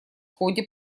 ходе